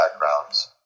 backgrounds